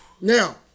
now